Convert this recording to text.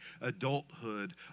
adulthood